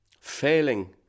failing